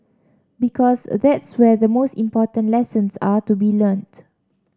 because that's where the most important lessons are to be learnt